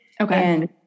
Okay